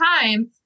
time